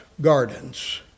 gardens